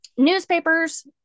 Newspapers